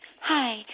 Hi